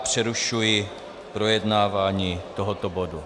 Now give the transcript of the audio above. Přerušuji projednávání tohoto bodu.